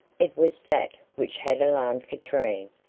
it was that which had alarmed katrine,